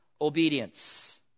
obedience